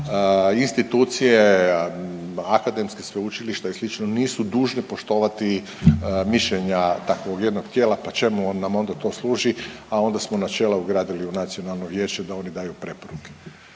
institucije akademskih sveučilišta i sl. nisu dužni poštovati mišljenja takvog jednog tijela, pa čemu onda nam to služi, a onda smo načela ugradili u Nacionalno vijeće da oni daju preporuke.